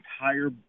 entire